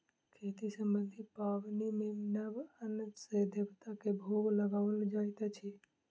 खेती सम्बन्धी पाबनि मे नव अन्न सॅ देवता के भोग लगाओल जाइत अछि